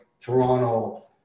Toronto